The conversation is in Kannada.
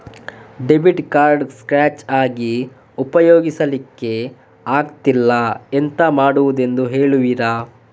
ಡೆಬಿಟ್ ಕಾರ್ಡ್ ಸ್ಕ್ರಾಚ್ ಆಗಿ ಉಪಯೋಗಿಸಲ್ಲಿಕ್ಕೆ ಆಗ್ತಿಲ್ಲ, ಎಂತ ಮಾಡುದೆಂದು ಹೇಳುವಿರಾ?